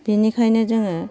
बिनिखायनो जोङो